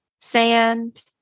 sand